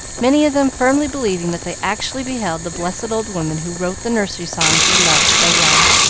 many of them firmly believing that they actually beheld the blessed old woman who wrote the nursery songs they loved so well.